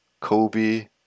kobe